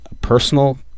personal